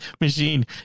machine